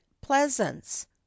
pleasance